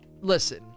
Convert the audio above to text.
Listen